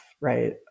right